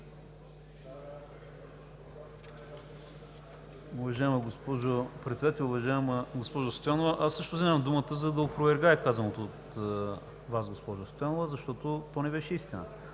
Уважаема госпожо Председател! Уважаема госпожо Стоянова, аз също вземам думата, за да опровергая казаното от Вас, защото то не беше истина.